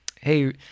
Hey